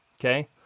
Okay